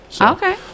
Okay